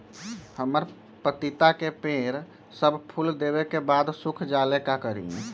हमरा पतिता के पेड़ सब फुल देबे के बाद सुख जाले का करी?